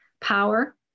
power